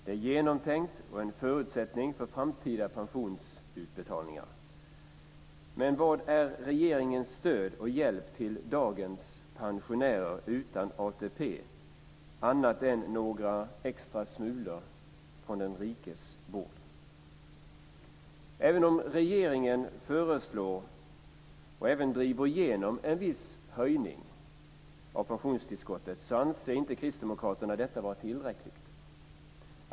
Det är genomtänkt och en förutsättning för framtida pensionsutbetalningar. Men vad är regeringens stöd och hjälp till dagens pensionärer utan ATP annat än några extra smulor från den rikes bord? Även om regeringen föreslår och även driver igenom en viss höjning av pensionstillskottet, anser inte kristdemokraterna detta vara tillräckligt.